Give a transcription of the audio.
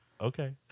okay